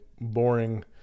boring